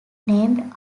named